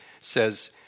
says